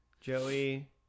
Joey